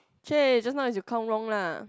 chey just now is you count wrong lah